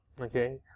okay